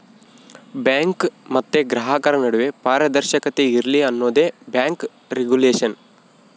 bank ಮತ್ತೆ ಗ್ರಾಹಕರ ನಡುವೆ ಪಾರದರ್ಶಕತೆ ಇರ್ಲಿ ಅನ್ನೋದೇ ಬ್ಯಾಂಕ್ ರಿಗುಲೇಷನ್